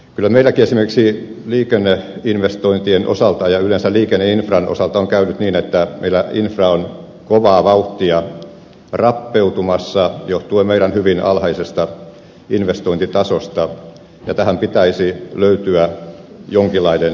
kyllä meilläkin esimerkiksi liikenneinvestointien osalta ja yleensä liikenneinfran osalta on käynyt niin että meillä infra on kovaa vauhtia rappeutumassa johtuen meidän hyvin alhaisesta investointitasostamme ja tähän pitäisi löytyä jonkinlainen ratkaisu